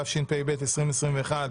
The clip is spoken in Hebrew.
התשפ"ב-2021,